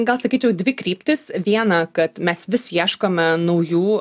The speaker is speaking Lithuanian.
gal sakyčiau dvi kryptys viena kad mes vis ieškome naujų